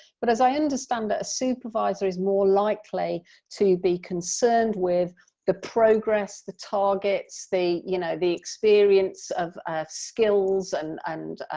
but as i understand that a supervisor is more likely to be concerned with the progress the targets the, you know, the experience of skills and and